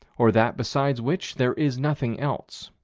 or that besides which there is nothing else.